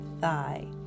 thigh